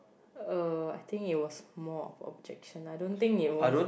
uh I think it was more of objection I don't think they want